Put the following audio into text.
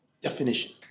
definition